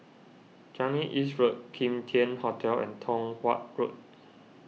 Changi East Road Kim Tian Hotel and Tong Watt Road